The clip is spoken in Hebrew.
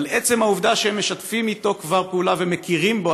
על עצם העובדה שהם כבר משתפים איתו פעולה ומכירים בו,